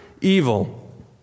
evil